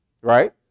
right